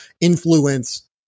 influence